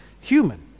human